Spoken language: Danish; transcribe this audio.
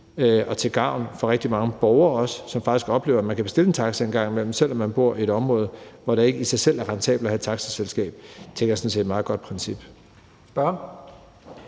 også til gavn for rigtig mange borgere, som faktisk oplever, at man en gang imellem kan bestille en taxa, selv om man bor i et område, hvor det ikke i sig selv er rentabelt at have et taxaselskab. Det tænker jeg sådan set er et meget godt princip.